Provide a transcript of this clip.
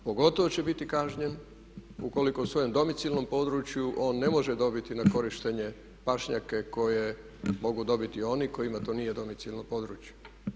Pogotovo će biti kažnjen ukoliko u svojem domicilnom području on ne može dobiti na korištenje pašnjake koje mogu dobiti oni kojima to nije domicilno područje.